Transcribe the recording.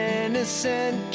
innocent